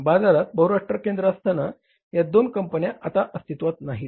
बाजारात बहुराष्ट्रीय केंद्र असताना या दोन कंपन्या आता अस्तित्वात नाहीत